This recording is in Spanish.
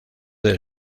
del